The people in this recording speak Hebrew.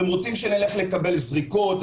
אתם רוצים שנלך לקבל זריקות,